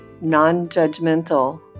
non-judgmental